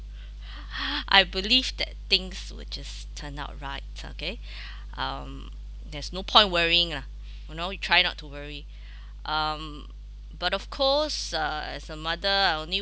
I believe that things will just turn out right okay um there's no point worrying lah you know you try not to worry um but of course uh as a mother I only